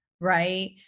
right